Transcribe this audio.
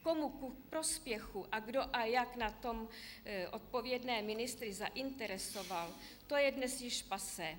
Komu ku prospěchu a kdo a jak na tom odpovědné ministry zainteresoval, to je dnes již passé.